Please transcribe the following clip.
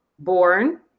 Born